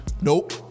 Nope